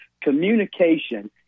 communication